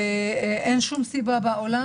אין שום סיבה בעולם